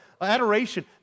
Adoration